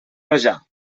rajar